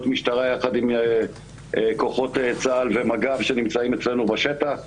משטרה יחד עם כוחות צה"ל ומג"ב שנמצאים אצלנו בשטח,